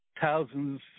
thousands